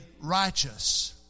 righteous